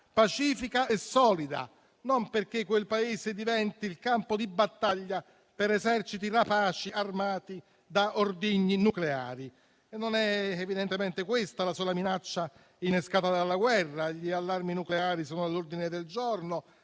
pacifica e solida, non perché quel Paese diventi il campo di battaglia per eserciti rapaci, armati da ordigni nucleari. Non è evidentemente questa la sola minaccia innescata dalla guerra: gli allarmi nucleari sono all'ordine del giorno,